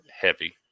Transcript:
heavy